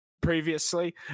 previously